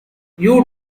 you